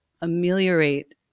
ameliorate